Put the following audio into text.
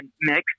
mix